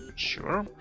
sure.